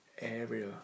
area